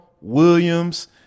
Williams